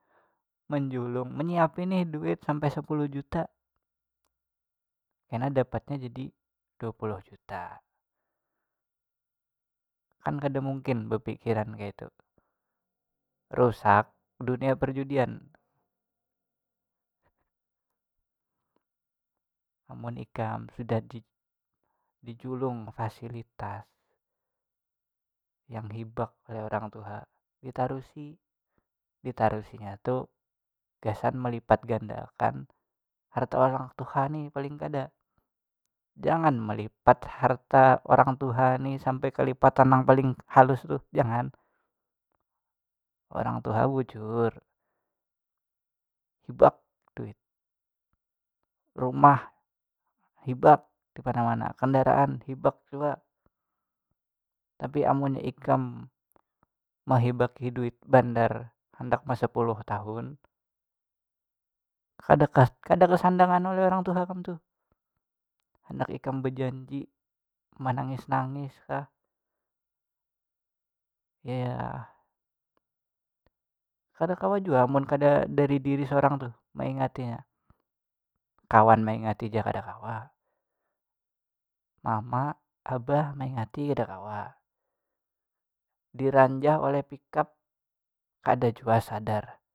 Menjulung menyiapi nih duit sampai sapuluh juta kena dapatnya jadi dua puluh juta kan kada mungkin bapikiran kayatu rusak dunia perjudian, amun ikam sudah di julung fasilitas yang hibak oleh orang tua ditarusi ditarusinya tu gasan melipat ganda akan harta orang tuha ni paling kada jangan malipat harta orang tuha ni sampai ka lipatan nang paling halus tuh jangan orang tuha bujur hibak duit rumah hibak dimana mana, kandaraan hibak jua tapi amunnya ikam mehibaki duit bandar handak masapuluh tahun kada sa- kada kasandangan oleh orang tuha kam tuh handak ikam bajanji manangis nangis kah yahhh- kada kawa jua mun kada dari diri saorang tuh meingatinya kawan meingati ja kada kawa, mama abah maingati kada kawa, diranjah oleh pick up kada jua sadar.